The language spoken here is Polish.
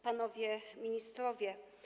Panowie Ministrowie!